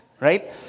right